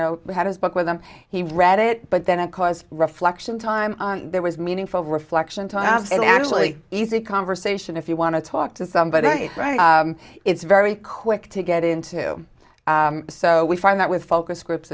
know had his book with him he read it but then it caused reflection time there was meaningful reflection time and actually easy conversation if you want to talk to somebody right it's very quick to get into so we find that with focus groups